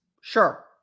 Sure